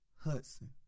Hudson